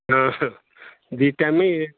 ହଁ ଦୁଇ ଟାଇମ୍